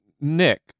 Nick